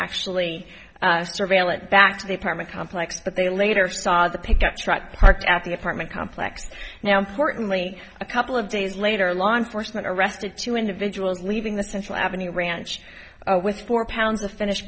actually surveillance back to the apartment complex but they later saw the pickup truck parked at the apartment complex now importantly a couple of days later law enforcement arrested two individuals leaving the central avenue ranch with four pounds of finished